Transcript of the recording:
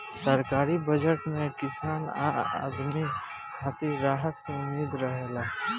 सरकारी बजट में किसान आ आम आदमी खातिर राहत के उम्मीद रहेला